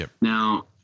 Now